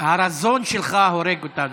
הרזון שלך הורג אותנו.